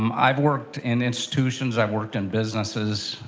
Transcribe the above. um i've worked in institutions, i've worked in businesses,